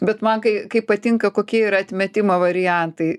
bet man kai kaip patinka kokie yra atmetimo variantai